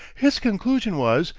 his conclusion was,